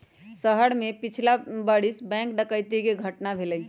हमरे शहर में पछिला बरिस बैंक डकैती कें घटना भेलइ